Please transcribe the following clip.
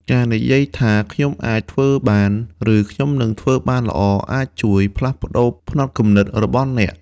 ការនិយាយថា "ខ្ញុំអាចធ្វើបាន" ឬ "ខ្ញុំនឹងធ្វើបានល្អ" អាចជួយផ្លាស់ប្តូរផ្នត់គំនិតរបស់អ្នក។